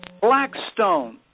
Blackstone